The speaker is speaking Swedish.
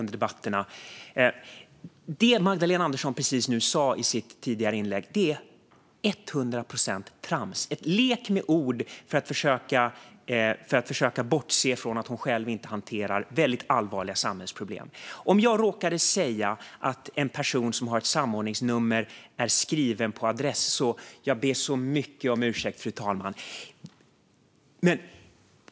Det som Magdalena Andersson precis nu sa i sitt inlägg är hundra procent trams, en lek med ord för att försöka bortse från att hon själv inte hanterar mycket allvarliga samhällsproblem. Om jag råkade säga att en person som har ett samordningsnummer är skriven på en adress ber jag så mycket om ursäkt, fru talman.